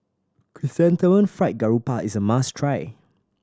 Chrysanthemum Fried Garoupa is a must try